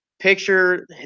picture